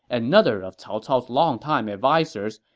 another of cao cao's longtime advisers,